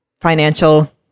financial